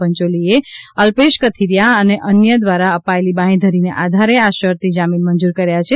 પંચોલીએ અલ્પેશ કથીરીયા અને અન્ય દ્વારા અપાયેલી બાંહેધરીને આધારે આ શરતી જામીન મંજુર કર્યા છે